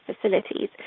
facilities